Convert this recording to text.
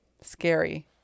Scary